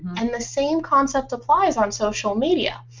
and the same concept applies on social media.